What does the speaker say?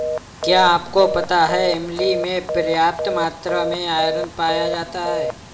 क्या आपको पता है इमली में पर्याप्त मात्रा में आयरन पाया जाता है?